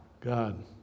God